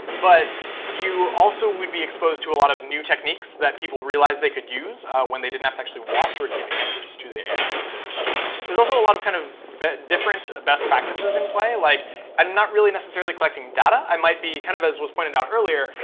but you also would be exposed to a lot of new techniques that people realize they could use when they didn't have to actually watch or give answers to their ai or their machine. there's also a lot of kind of different best practices in play, like i'm not really necessarily collecting data. i might be, kind of as was pointed out earlier,